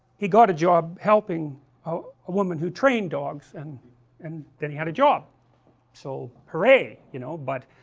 he got a job helping a women who trained dogs and and then he had a job so hurray, you know, but